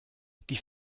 die